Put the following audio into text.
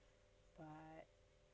but